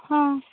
ହଁ